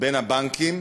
בין הבנקים